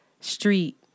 street